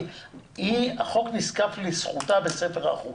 החוק נזקף לזכותה בספר החוקים.